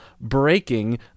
breaking